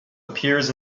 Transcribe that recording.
appears